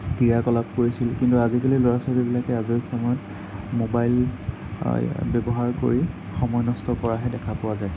ক্ৰিয়াকলাপ কৰিছিল কিন্তু আজিকালিৰ ল'ৰা ছোৱালীবিলাকে আজৰি সময়ত ম'বাইল ব্যৱহাৰ কৰি সময় নষ্ট কৰাহে দেখা পোৱা যায়